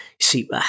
See